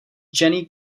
jenny